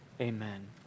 amen